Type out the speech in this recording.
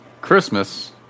Christmas